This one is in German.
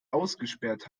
ausgesperrt